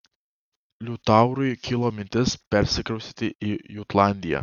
liutaurui kilo mintis persikraustyti į jutlandiją